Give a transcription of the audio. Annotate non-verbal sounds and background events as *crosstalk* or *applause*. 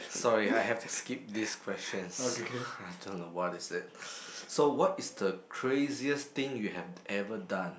sorry I have to skip this questions *breath* I don't know what is it so what is the craziest thing you have ever done